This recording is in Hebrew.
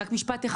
רק משפט אחד.